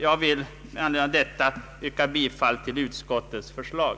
Jag vill med detta yrka bifall till utskottets förslag.